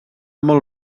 molt